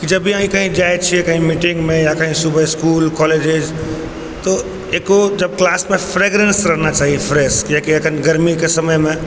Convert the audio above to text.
जब भी अहिं कहीं जाइ छियै कहीं मीटिंग मे या कहीं सुबह इसकुल कॉलेजे तऽ एको जब क्लास मे फ्रेगरेन्स रहना चाहिए फ्रेश कियाकि अखन गर्मी के समय मे